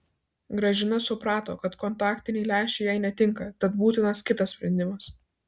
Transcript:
gražina suprato kad kontaktiniai lęšiai jai netinka tad būtinas kitas sprendimas